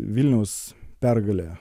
vilniaus pergalė